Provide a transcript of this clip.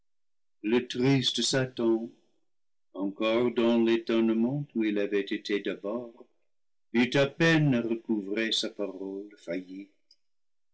le triste satan encore dans l'étonnement où il avait été d'abord put à peine recouvrer sa parole faillie